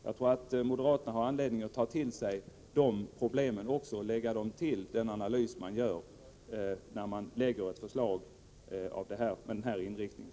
Jag tror att moderaterna har anledning att ta till sig de Torsdagen den problemen också och att lägga dem till den analys som man gör när man 2 maj 1985 lägger fram ett förslag med den här inriktningen.